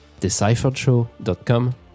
decipheredshow.com